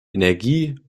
energie